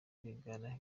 rwigara